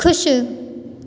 खु़शि